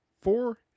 four